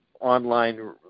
online